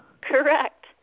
Correct